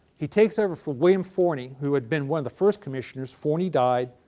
he takes over for william forney who had been one of the first commissioners, forney died,